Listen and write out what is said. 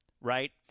right